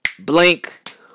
Blink